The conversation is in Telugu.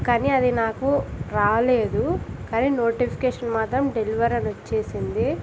కానీ అది నాకు రాలేదు కానీ నోటిఫికేషన్ మాత్రం డెలివరీ అని వచ్చింది